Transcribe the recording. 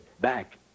back